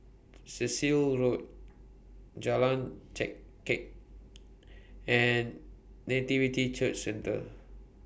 Cecil Road Jalan Chengkek and Nativity Church Centre